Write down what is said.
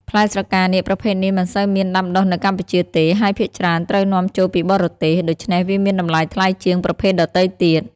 ផ្លែស្រកានាគប្រភេទនេះមិនសូវមានដាំដុះនៅកម្ពុជាទេ ហើយភាគច្រើនត្រូវនាំចូលពីបរទេស ដូច្នេះវាមានតម្លៃថ្លៃជាងប្រភេទដទៃទៀត។